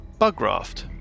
Bugraft